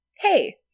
hey